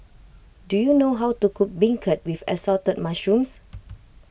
do you know how to cook Beancurd with Assorted Mushrooms